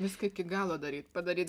viską iki galo daryt padaryt